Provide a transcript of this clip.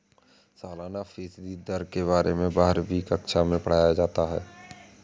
सालाना फ़ीसदी दर के बारे में बारहवीं कक्षा मैं पढ़ाया जाता है